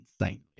insane